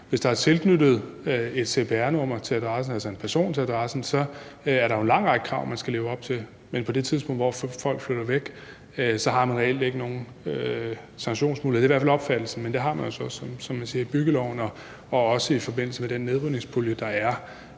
hvis der er tilknyttet et cpr-nummer, altså en person til adressen, så er der jo en lang række krav, man skal leve op til. Men på det tidspunkt, hvor folk flytter væk, har man reelt ikke nogen sanktionsmuligheder. Det er i hvert fald opfattelsen. Men det har man jo så, som jeg siger, i byggeloven, og også i forbindelse med den nedrivningspulje, der er.